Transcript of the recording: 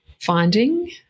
finding